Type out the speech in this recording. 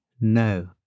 no